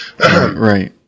Right